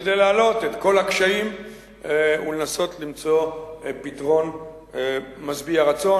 כדי להעלות את כל הקשיים ולנסות למצוא פתרון משביע רצון.